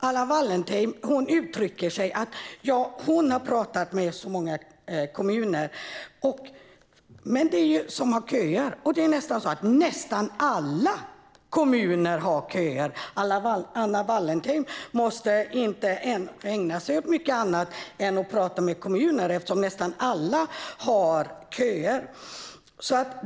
Anna Wallentheim uttrycker sig som att hon har pratat med många kommuner som har köer, men det har nästan alla kommuner. Anna Wallentheim måtte inte ägna sig åt mycket annat än att prata med kommuner, eftersom nästan alla har köer.